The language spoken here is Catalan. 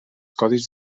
codis